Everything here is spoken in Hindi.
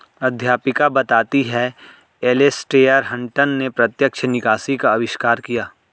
अध्यापिका बताती हैं एलेसटेयर हटंन ने प्रत्यक्ष निकासी का अविष्कार किया